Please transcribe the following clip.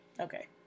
Okay